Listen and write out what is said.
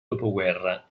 dopoguerra